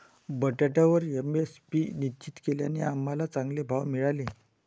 बटाट्यावर एम.एस.पी निश्चित केल्याने आम्हाला चांगले भाव मिळाले